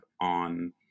on